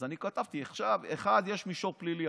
אז אני כתבתי: 1. יש מישור פלילי,